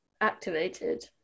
activated